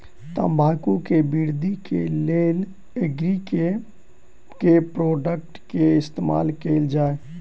तम्बाकू केँ वृद्धि केँ लेल एग्री केँ के प्रोडक्ट केँ इस्तेमाल कैल जाय?